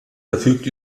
verfügt